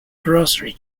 grocery